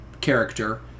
character